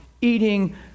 eating